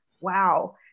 wow